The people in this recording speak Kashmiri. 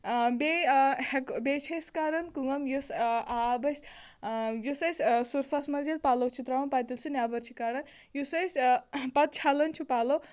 بیٚیہِ آ بیٚیہِ ہٮ۪کَو بیٚیہِ چھِ أسۍ کران کٲم یُس آب اَسہِ آ یُس أسۍ سٔرفَس منٛز ییٚلہِ پَلَو چھِ ترٛاوان پتہٕ ییٚلہِ سُہ نٮ۪بَر چھِ کڈان یُس أسۍ پتہٕ چھلان چھِ پَلَو